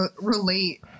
relate